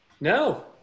No